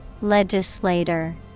Legislator